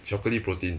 巧克力 protein